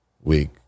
week